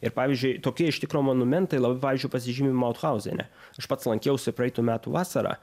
ir pavyzdžiui tokie iš tikro monumentai labai pavyzdžiui pasižymi mauthauzene aš pats lankiausi praeitų metų vasarą